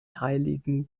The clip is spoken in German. heiligen